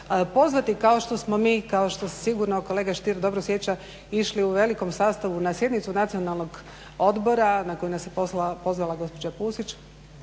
pozvati kao što smo mi, kao što se sigurno kolega Stier dobro sjeća išli u velikom sastavu na sjednicu Nacionalnog odbora na koju nas je pozvala gospođa Pusić,